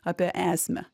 apie esmę